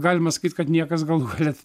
galima sakyti kad niekas galų gale